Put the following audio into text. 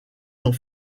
ont